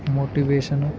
motivation